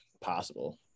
possible